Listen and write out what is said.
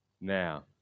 Now